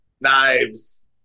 knives